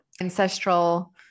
ancestral